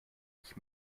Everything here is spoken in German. nicht